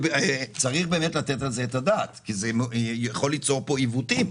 צריך לתת על זה את הדעת כי זה יכול ליצור פה עיוותים.